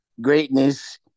Greatness